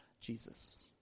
Jesus